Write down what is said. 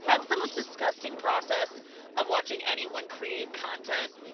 that's the most disgusting process of watching anyone create content,